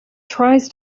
tries